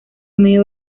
medio